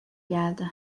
geldi